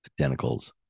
identicals